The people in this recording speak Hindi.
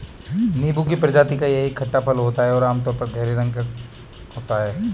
नींबू की प्रजाति का यह एक खट्टा फल होता है जो आमतौर पर गहरे हरे रंग का होता है